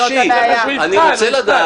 כל החלטה שהיא, החלטה.